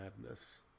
Madness